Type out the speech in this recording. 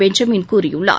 Benjamin கூறியுள்ளார்